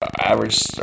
average